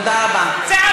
תודה רבה.